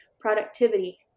productivity